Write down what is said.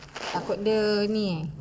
takut dia ni